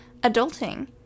adulting